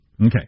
Okay